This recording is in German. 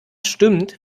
stimmt